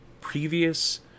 previous